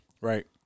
Right